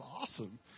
awesome